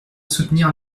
soutenir